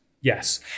Yes